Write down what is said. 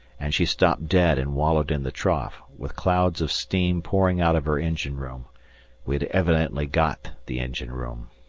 and she stopped dead and wallowed in the trough, with clouds of steam pouring out of her engine-room we had evidently got the engine-room.